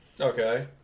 Okay